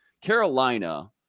Carolina